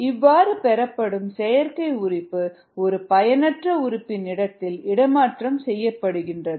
இவ்வாறு பெறப்படும் செயற்கை உறுப்பு ஒரு பயனற்ற உறுப்பின் இடத்தில் இடமாற்றம் செய்யப்படுகின்றது